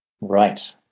Right